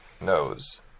knows